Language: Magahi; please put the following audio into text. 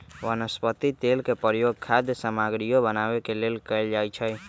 वनस्पति तेल के प्रयोग खाद्य सामगरियो बनावे के लेल कैल जाई छई